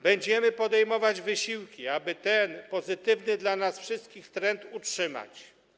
Będziemy podejmować wysiłki, aby ten pozytywny dla nas wszystkich trend utrzymać.